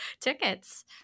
tickets